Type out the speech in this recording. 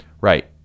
right